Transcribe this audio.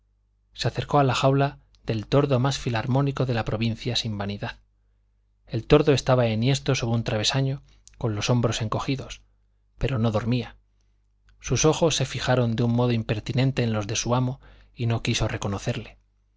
se acercó a la jaula del tordo más filarmónico de la provincia sin vanidad el tordo estaba enhiesto sobre un travesaño con los hombros encogidos pero no dormía sus ojos se fijaron de un modo impertinente en los de su amo y no quiso reconocerle